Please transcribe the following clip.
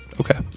Okay